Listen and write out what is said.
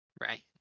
Right